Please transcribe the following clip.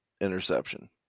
interception